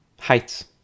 heights